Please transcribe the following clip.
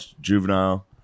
Juvenile